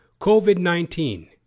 COVID-19